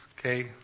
okay